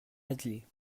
adler